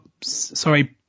sorry